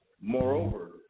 Moreover